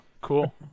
Cool